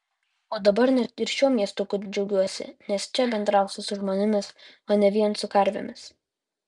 o dabar net ir šiuo miestuku džiaugiuosi nes čia bendrausiu su žmonėmis o ne vien su karvėmis